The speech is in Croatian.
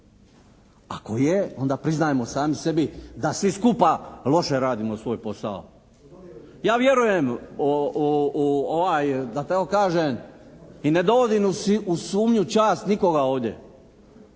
Ako je onda priznajemo sami sebi da svi skupa loše radimo svoj posao. Ja vjerujem u da tako kažem i ne dovodim u sumnju čast nikoga ovdje.